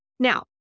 Now